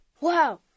Wow